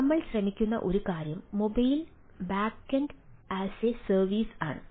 അതിനാൽ ഞങ്ങൾ ശ്രമിക്കുന്ന ഒരു കാര്യം mobile backend as a service ആണ്